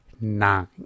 nine